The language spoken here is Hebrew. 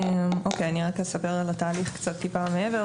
אוקיי אני רק אספר על התהליך קצת טיפה מעבר